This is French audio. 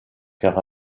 car